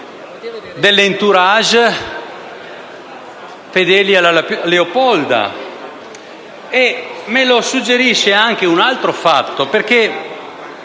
dell'*entourage* fedeli alla Leopolda. Me lo suggerisce anche un altro fatto: con